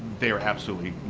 they were absolutely